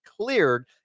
cleared